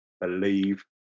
believe